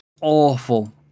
awful